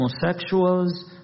homosexuals